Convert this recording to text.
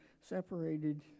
separated